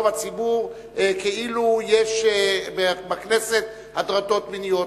הציבור כאילו יש בכנסת הטרדות מיניות.